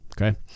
Okay